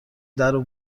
درو